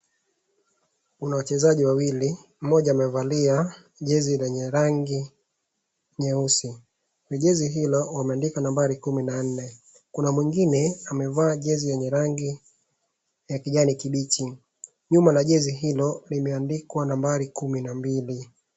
Kuna wachezaji wawili mmoja amevalia jezi lenye rangi nyeusi. Ni jezi ilo wameandika numba kumi na nne. Kuna mwingine amevaa jezi yenye rangi ya kijani kibichi. Nyuma ya jezi ilo limeandikwa nambari kumi an mbili.